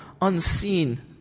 unseen